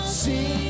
see